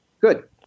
Good